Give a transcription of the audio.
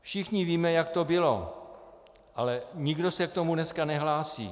Všichni víme, jak to bylo, ale nikdo se k tomu dneska nehlásí.